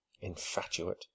Infatuate